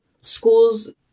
schools